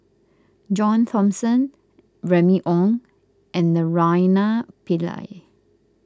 John Thomson Remy Ong and Naraina Pillai